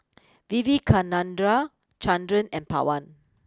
Vivekananda Chandra and Pawan